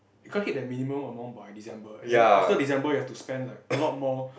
I can't hit the minimum amount by December and then after December you have to spend like a lot more